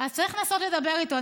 צריך לנסות לדבר איתו.